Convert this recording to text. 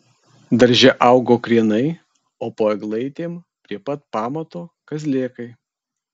darže augo krienai o po eglaitėm prie pat pamato kazlėkai